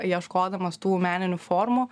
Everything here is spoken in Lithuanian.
ieškodamas tų meninių formų